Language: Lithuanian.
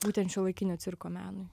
būtent šiuolaikinio cirko menui